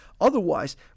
otherwise